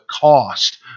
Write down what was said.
cost